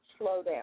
slowdown